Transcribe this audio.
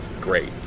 great